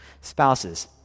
spouses